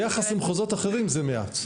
ביחס למחוזות אחרים זה מעט.